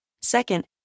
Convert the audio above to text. Second